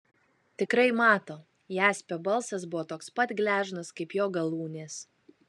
tikrai mato jaspio balsas buvo toks pat gležnas kaip jo galūnės